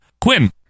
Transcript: Quinn